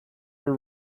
were